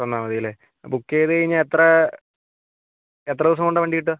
തന്നാൽ മതി അല്ലേ ബുക്ക് ചെയ്ത് കഴിഞ്ഞാൽ എത്ര എത്ര ദിവസം കൊണ്ടാണ് വണ്ടി കിട്ടുക